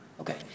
okay